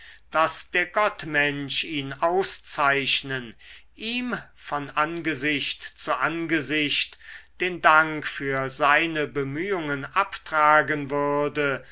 daß der gottmensch ihn auszeichnen ihm von angesicht zu angesicht den dank für seine bemühungen abtragen würde